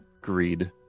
greed